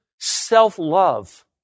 Self-love